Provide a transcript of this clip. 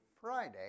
Friday